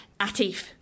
Atif